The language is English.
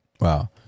Wow